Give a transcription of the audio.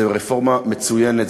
זו רפורמה מצוינת,